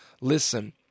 Listen